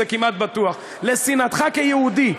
זה כמעט בטוח, לשנאתך כיהודי.